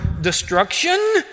destruction